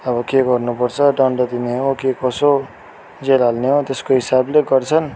अब के गर्नु पर्छ दण्ड दिने हो के कसो जेल हाल्ने हो त्यसको हिसाबले गर्छन्